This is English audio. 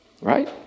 Right